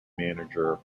manager